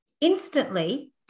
instantly